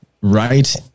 right